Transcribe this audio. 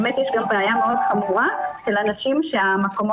באמת יש גם בעיה מאוד חמורה של אנשים שהילדים